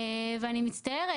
אני מצטערת,